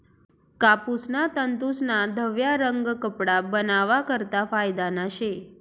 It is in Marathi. कापूसना तंतूस्ना धवया रंग कपडा बनावा करता फायदाना शे